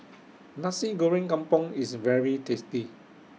Nasi Goreng Kampung IS very tasty